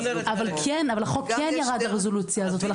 אבל החוק כן ירד לרזולוציה הזו.